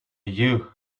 you